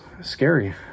scary